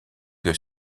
que